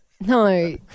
No